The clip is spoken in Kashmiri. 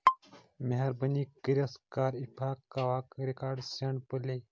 مہربٲنی کٔرِتھ کر اِفاق کاوا رِکاڈ سیٚنڈ پٕلے